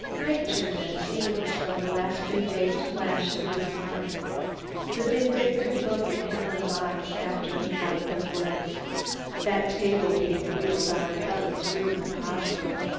pictures and scenes from the last few days flashed through my mind the vindictive look in helen's eyes after the fight with woods that table being wheeled out of helen's room at the hospital,